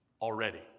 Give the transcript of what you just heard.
already